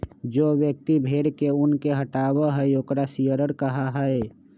जो व्यक्ति भेड़ के ऊन के हटावा हई ओकरा शियरर कहा हई